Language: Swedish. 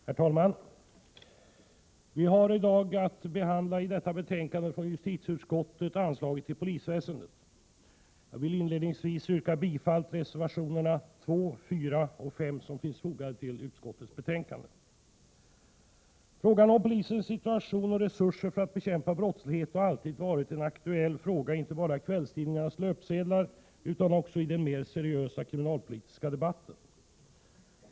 Herr talman! Vi har i dag att behandla justitieutskottets betänkande om anslaget till polisväsendet. Jag vill inledningsvis yrka bifall till reservationerna 2, 4 och 5, som är fogade till betänkandet. Frågan om polisens situation och resurser för att bekämpa brottslighet har alltid varit en aktuell fråga, inte bara på kvällstidningarnas löpsedlar utan också i den mer seriösa kriminalpolitiska debatten.